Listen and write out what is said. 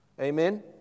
Amen